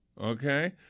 okay